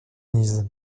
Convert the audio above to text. denise